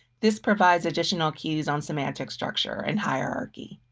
this provides additional cues on semantic structure and hierarchy.